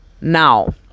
Now